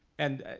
and